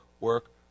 work